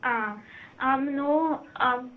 आं आमी न्हू आम